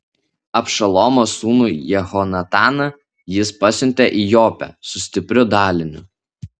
abšalomo sūnų jehonataną jis pasiuntė į jopę su stipriu daliniu